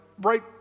right